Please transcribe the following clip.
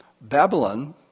Babylon